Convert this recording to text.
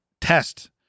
test